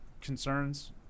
concerns